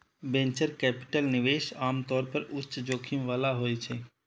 venture capital निवेश आम तौर पर उच्च जोखिम बला होइ छै